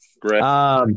Great